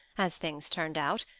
as things turned out,